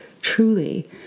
Truly